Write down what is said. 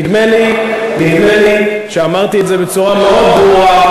נדמה לי שאמרתי את זה בצורה מאוד ברורה,